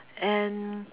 and